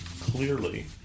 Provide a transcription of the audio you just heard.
clearly